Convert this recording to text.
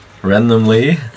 ...randomly